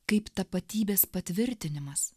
kaip tapatybės patvirtinimas